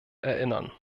erinnern